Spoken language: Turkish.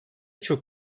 çok